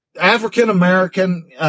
African-American